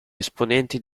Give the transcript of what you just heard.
esponenti